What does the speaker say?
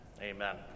Amen